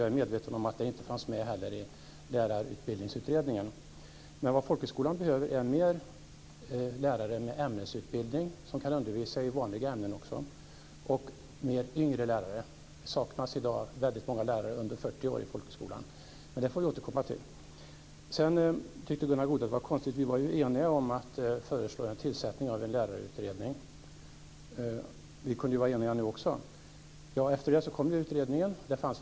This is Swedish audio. Jag vet inte var Lars Hjertén har fått den uppfattning ifrån. Men det är klart att vi står bakom den här propositionen. Den är rentav grön.